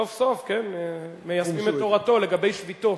סוף-סוף מיישמים את תורתו לגבי שביתות.